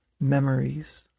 memories